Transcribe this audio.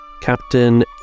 Captain